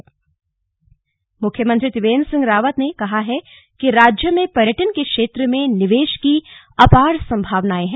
श्भारम्भ मुख्यमंत्री त्रिवेन्द्र सिंह रावत ने कहा है कि राज्य में पर्यटन के क्षेत्र में निवेश की अपार संभावनाए हैं